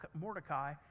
Mordecai